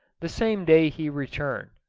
the same day he returned.